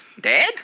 dad